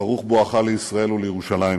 ברוך בואך לישראל ולירושלים.